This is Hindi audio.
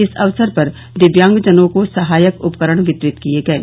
इस अवसर पर दिव्यांगजनों को सहायक उपकरण वितरित किये गये